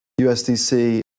USDC